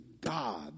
God